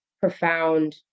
profound